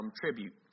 tribute